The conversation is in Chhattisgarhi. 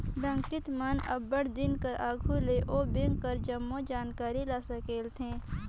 डकइत मन अब्बड़ दिन कर आघु ले ओ बेंक कर जम्मो जानकारी ल संकेलथें